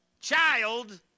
child